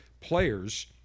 players